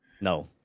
no